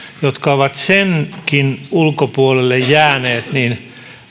jotka ovat senkin ulkopuolelle jääneet